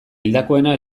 hildakoena